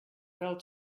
fell